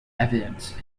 evidence